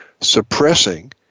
suppressing